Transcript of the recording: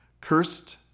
Cursed